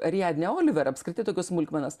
ariadnę oliver apskritai tokios smulkmenas